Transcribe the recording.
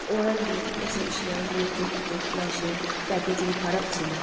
oral B essential মোমযুক্ত ফ্লসের packaging খারাপ ছিলো